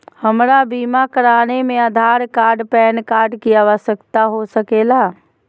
हमरा बीमा कराने में आधार कार्ड पैन कार्ड की आवश्यकता हो सके ला?